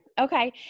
Okay